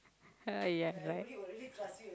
ha ya right